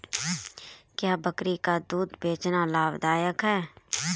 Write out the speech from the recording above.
क्या बकरी का दूध बेचना लाभदायक है?